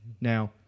now